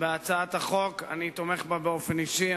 בהצעת החוק, אני תומך בה באופן אישי.